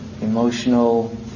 emotional